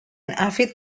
avid